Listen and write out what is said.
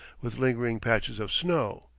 with lingering patches of snow,